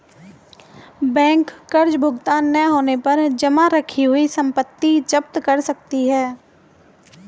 bank कर्ज भुगतान न होने पर जमा रखी हुई संपत्ति जप्त कर सकती है